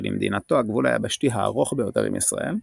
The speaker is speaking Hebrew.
שלמדינתו הגבול היבשתי הארוך ביותר עם ישראל,